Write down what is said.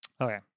Okay